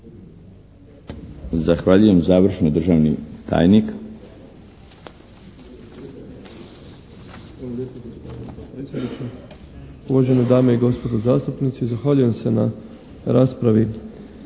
Zahvaljujem. Završno, državni tajnik.